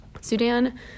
Sudan